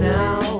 now